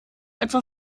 etwa